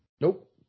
Nope